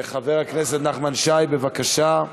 חבר הכנסת נחמן שי, בבקשה.